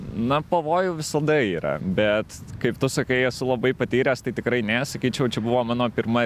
na pavojų visada yra bet kaip tu sakai esu labai patyręs tai tikrai ne sakyčiau čia buvo mano pirma